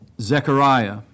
Zechariah